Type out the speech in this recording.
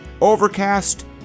Overcast